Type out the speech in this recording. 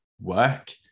work